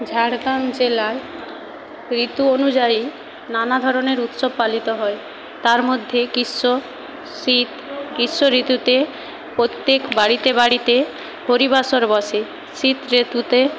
ঝাড়গ্রাম জেলায় ঋতু অনুযায়ী নানা ধরণের উৎসব পালিত হয় তার মধ্যে গীষ্ম শীত গীষ্ম ঋতুতে প্রত্যেক বাড়িতে বাড়িতে হরিবাসর বসে শীত ঋতুতে